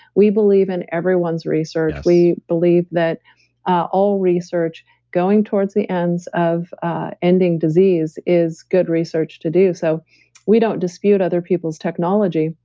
we believe in everyone's research, we believe that all research going towards the ends of ending disease is good research to do. so we don't dispute over people's technology,